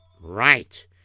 Right